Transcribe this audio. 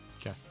Okay